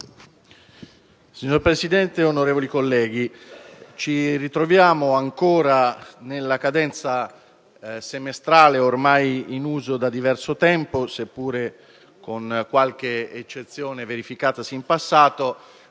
Signora Presidente, onorevoli colleghi, ci ritroviamo ancora nella cadenza semestrale, ormai in uso da diverso tempo, seppure con qualche eccezione verificatasi in passato,